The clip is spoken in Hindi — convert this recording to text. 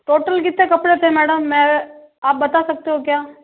टोटल कितने कपड़े थे मैडम मैं आप बता सकते हो क्या